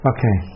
Okay